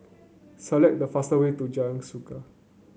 select the fastest way to Jalan Suka